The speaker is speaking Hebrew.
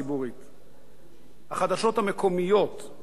החדשות המקומיות הן חיוניות.